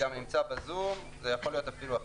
--- הוא נמצא בזום, זה יכול להיות אפילו עכשיו.